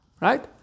Right